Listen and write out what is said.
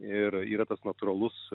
ir yra tas natūralus